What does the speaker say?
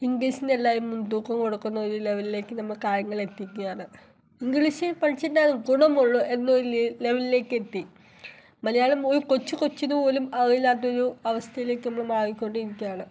ഇംഗ്ലീഷിനെല്ലാവരും മുൻതൂക്കം കൊടുക്കുന്നൊരു ലെവലിലേക്ക് നമ്മൾ കാര്യങ്ങൾ എത്തിക്കുകയാണ് ഇംഗ്ലീഷിൽ പഠിച്ചിട്ടാണ് എന്തോ വലിയ ലെവലിലേക്കെത്തി മലയാളം ഒരു കൊച്ച് കൊച്ചിന് പോലും അറിയില്ലാത്തൊരു അവസ്ഥയിലേക്ക് ഇന്ന് മാറിക്കൊണ്ടിരിക്കുകയാണ്